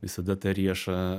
visada ta riešą